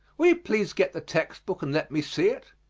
will you please get the text-book and let me see it?